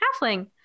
halfling